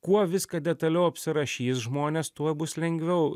kuo viską detaliau apsirašys žmonės tuo bus lengviau